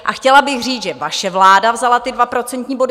A chtěla bych říct, že vaše vláda vzala ty dva procentní body.